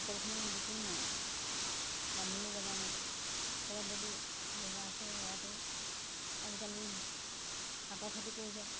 সকলোখিনি আমি বিকিমেই আৰু বান্ধিবলৈ জেগা নাই ক'ৰবাত যদি জেগা আছে সেই তাতো আজিকালি শাকৰ খেতি কৰিছে